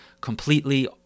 completely